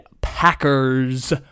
Packers